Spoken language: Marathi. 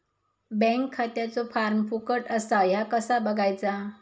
बँक खात्याचो फार्म फुकट असा ह्या कसा बगायचा?